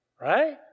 Right